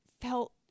felt